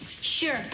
Sure